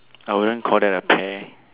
I wouldn't call that a pear